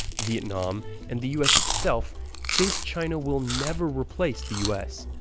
vietnam, and the u s. itself think china will never replace the u s,